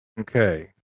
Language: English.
okay